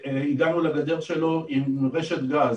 הגענו לגדר שלו עם רשת גז,